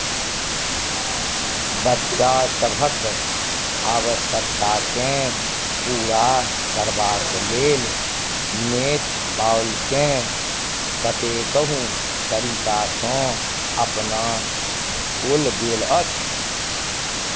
बच्चा सभक आवश्यकताकेँ पूरा करबाक लेल नेट बॉलकेँ कतेकहु तरीकासँ अपनाओल गेल अछि